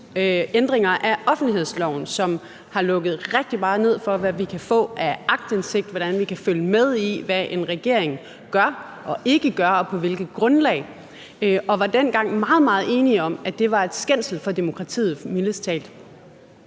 ændringer af offentlighedsloven, som har lukket rigtig meget ned for, hvad vi kan få af aktindsigt, og hvordan vi kan følge med i, hvad en regering gør og ikke gør, og på hvilket grundlag, og var dengang meget, meget enige om, at det mildest talt var en skændsel for demokratiet. Så skete